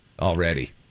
already